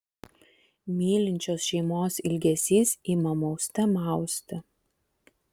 mylinčios šeimos ilgesys ima mauste mausti